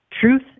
truth